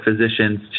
physicians